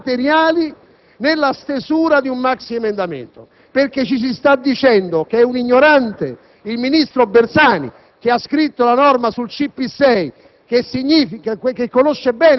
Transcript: per cui commettono errori materiali nella stesura di un maxiemendamento. Infatti, ci si sta dicendo che è un ignorante il ministro Bersani che ha scritto la norma sul CIP 6,